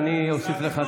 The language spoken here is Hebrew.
והוא יושב על הכיסא בממשלה,